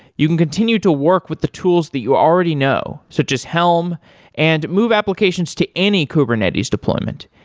you can continue to work with the tools that you already know, such as helm and move applications to any kubernetes deployment.